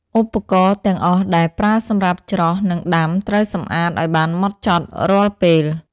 ឧបករណ៍ ទាំងអស់ដែលប្រើសម្រាប់ច្រោះ និងដាំត្រូវសម្អាតឱ្យបានហ្មត់ចត់រាល់ពេល។